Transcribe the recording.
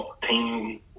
team